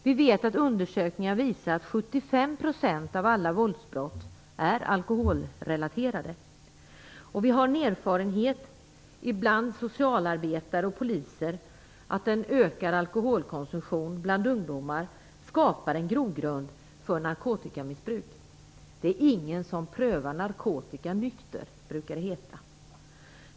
Vi vet att undersökningar visar att 75 % av alla våldsbrott är alkoholrelaterade. Socialarbetare och poliser har erfarenheter av att en ökad alkoholkonsumtion bland ungdomar skapar en grogrund för narkotikamissbruk. Det är ingen som prövar narkotika nykter, brukar det heta.